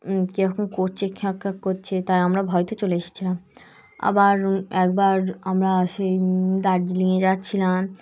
কীরকম করছে খ্যাঁক খ্যাঁক করছে তাই আমরা ভয় পেয়ে চলে এসেছিলাম আবার একবার আমরা সেই দার্জিলিংয়ে যাচ্ছিলাম